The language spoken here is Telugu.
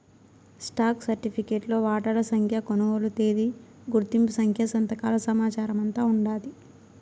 స్టాక్ సరిఫికెట్లో వాటాల సంఖ్య, కొనుగోలు తేదీ, గుర్తింపు సంఖ్య, సంతకాల సమాచారమంతా ఉండాది